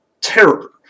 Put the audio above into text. terror